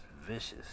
vicious